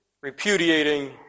repudiating